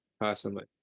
personally